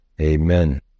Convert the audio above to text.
Amen